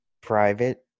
private